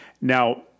Now